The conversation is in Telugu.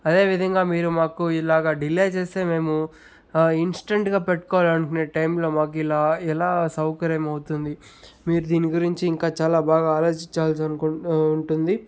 అదేవిధంగా మీరు మాకు ఇలాగా డిలే చేస్తే మేము ఇన్స్టంట్గా పెట్టుకోవాలి అనుకునే టైంలో మాకి ఇలా ఎలా సౌకర్యం అవుతుంది మీరు దీని గురించి ఇంకా చాలా బాగా ఆలోచించాల్సి ఉంటుంది